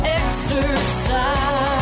exercise